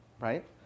right